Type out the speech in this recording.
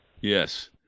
yes